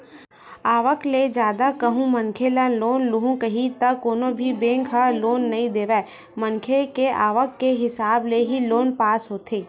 आवक ले जादा कहूं मनखे ह लोन लुहूं कइही त कोनो भी बेंक ह लोन नइ देवय मनखे के आवक के हिसाब ले ही लोन पास होथे